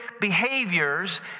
behaviors